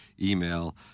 email